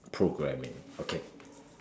programming okay